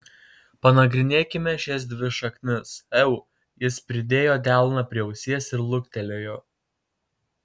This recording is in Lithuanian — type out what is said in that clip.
panagrinėkime šias dvi šaknis eu jis pridėjo delną prie ausies ir luktelėjo